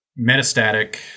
metastatic